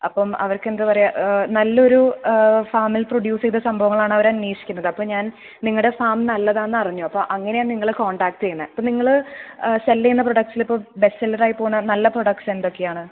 അപ്പം അവർക്ക് എന്താണ് പറയുക നല്ലൊരു ഫാമിൽ പ്രൊഡ്യൂസ് ചെയ്ത സംഭവങ്ങളാണ് അവർ അന്വേഷിക്കുന്നത് അപ്പം ഞാൻ നിങ്ങളുടെ ഫാം നല്ലതാണെന്നറിഞ്ഞു അപ്പോൾ അങ്ങനെയാണ് നിങ്ങളെ കോൺടാക്റ്റ് ചെയ്യുന്നത് അപ്പോൾ നിങ്ങൾ സെൽ ചെയ്യുന്ന പ്രൊഡക്റ്റ്സിൽ ഇപ്പോൾ ബെസ്റ്റ് സെല്ലർ ആയി പോവുന്ന നല്ല പ്രൊഡക്റ്റ്സ് എന്തൊക്കെയാണ്